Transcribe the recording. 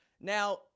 Now